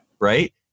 right